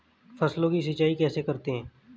फसलों की सिंचाई कैसे करते हैं?